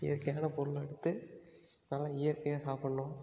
இயற்கையான பொருளாக எடுத்து நல்லா இயற்கையாக சாப்பிட்ணும்